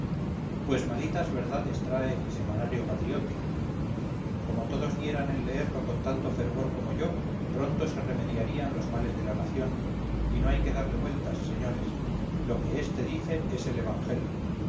pues malitas verdades trae el semanario patriótico como todos dieran en leerlo con tanto fervor como yo pronto se remediarían los males de la nación y no hay que darle vueltas señores lo que este dice es el evangelio